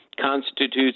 constitutes